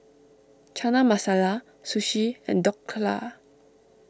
Chana Masala Sushi and Dhokla